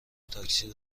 تاکسی